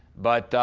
but.